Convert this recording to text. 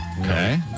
Okay